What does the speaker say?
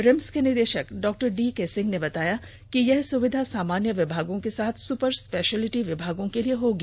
RIMS के निदेशक डॉ डीके सिंह ने बताया कि यह सुविधा सामान्य विभागों के साथ सुपर स्पेशियलिटी विभागों के लिए होगी